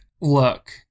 look